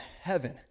heaven